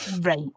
Right